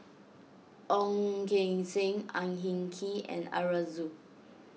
Ong Keng Sen Ang Hin Kee and Arasu